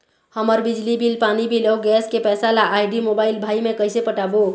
हमर बिजली बिल, पानी बिल, अऊ गैस के पैसा ला आईडी, मोबाइल, भाई मे कइसे पटाबो?